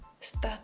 Start